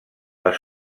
les